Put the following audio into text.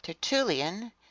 Tertullian